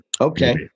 Okay